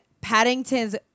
Paddington's